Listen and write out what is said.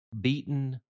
beaten